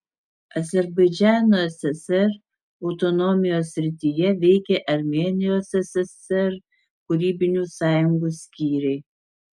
azerbaidžano ssr autonomijos srityje veikė armėnijos ssr kūrybinių sąjungų skyriai